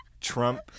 Trump